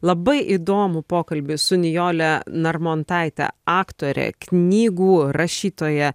labai įdomų pokalbį su nijole narmontaite aktore knygų rašytoja